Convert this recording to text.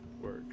work